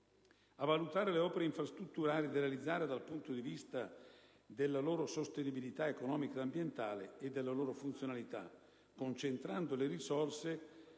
a valutare le opere infrastrutturali da realizzare dal punto di vista della loro sostenibilità economica ed ambientale e della loro funzionalità, concentrando le risorse